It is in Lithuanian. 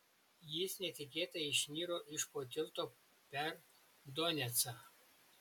jis netikėtai išniro iš po tilto per donecą